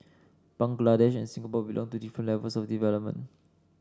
Bangladesh and Singapore belong to different levels of development